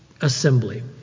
assembly